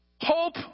Hope